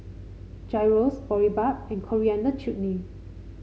Gyros Boribap and Coriander Chutney